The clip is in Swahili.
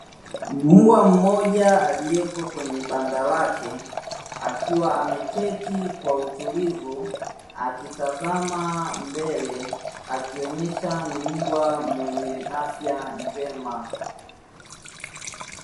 Mbwa mmoja aliyeko kwenye banda lake akiwa ameketi kwa utulivu akitazama mbele akionyesha ni mbwa mwenye afya njema.